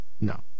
No